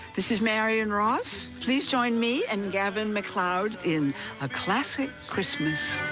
this is marion ross, please join me and gavin macleod in a classic christmas.